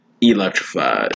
electrified